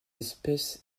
espèce